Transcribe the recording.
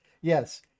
yes